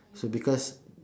so because